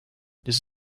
this